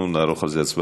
אנחנו נערוך על זה הצבעה.